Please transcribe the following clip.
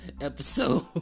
episode